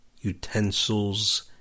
utensils